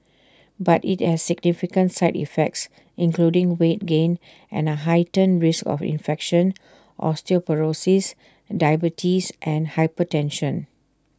but IT has significant side effects including weight gain and A heightened risk of infection osteoporosis diabetes and hypertension